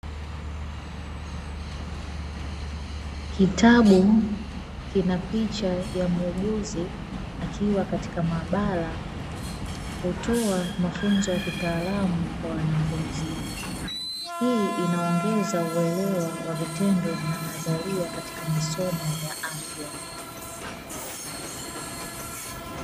Kitabu kina picha ya muuguzi akiwa katika maabara hutoa mafunzo ya kitaalamu kwa wanafunzi. Hii inaongeza uelewa wa vitendo na nadharia katika masomo ya afya.